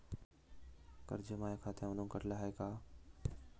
कर्ज माया खात्यामंधून कटलं हाय का?